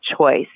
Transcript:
choice